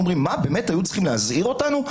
הם אומרים: באמת, היו צריכים להזהיר אותנו?